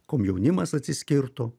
komjaunimas atsiskirtų